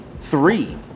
three